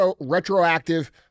retroactive